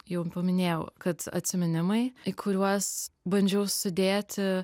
jau paminėjau kad atsiminimai į kuriuos bandžiau sudėti